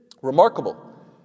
Remarkable